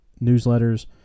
newsletters